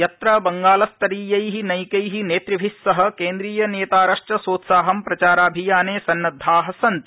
यत्र बंगालस्तरीयै नैकै नेतुभि सह केन्द्रीयनेतारश्व सोत्साहं प्रचाराभियाने सन्नद्वा सन्ति